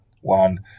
one